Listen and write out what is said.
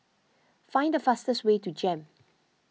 Find the fastest way to Jem